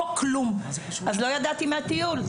פה, כלום, אז לא ידעתי מהטיול.